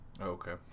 Okay